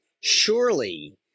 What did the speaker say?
surely